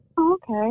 Okay